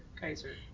Kaiser